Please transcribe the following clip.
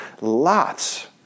lots